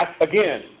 Again